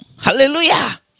Hallelujah